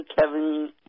Kevin